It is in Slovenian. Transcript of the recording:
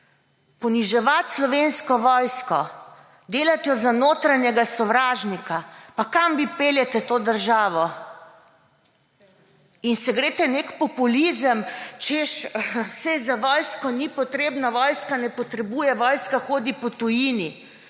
Poniževati Slovensko vojsko, delati jo za notranjega sovražnika. Pa kam vi peljete to državo? In se greste neki populizem, češ saj za vojsko ni potrebno, vojska ne potrebuje, vojska hodi po tujini.